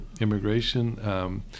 Immigration